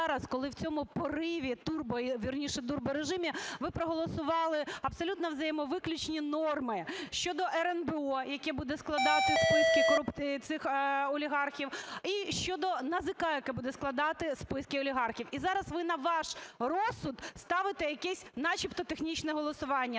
зараз, коли в цьому пориві турбо… вірніше, дурборежимі ви проголосували абсолютно взаємовиключні норми щодо РНБО, яке буде складати списки цих олігархів, і щодо НАЗК, яке буде складати списки олігархів? І зараз ви на ваш розсуд ставите якесь, начебто технічне, голосування.